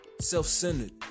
self-centered